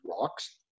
rocks